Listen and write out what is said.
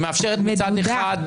מדויקת?